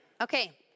Okay